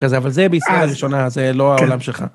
אבל זה בישראל הראשונה, זה לא העולם שלך.